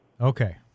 okay